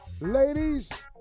Ladies